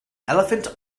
elephant